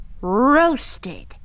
roasted